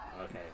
Okay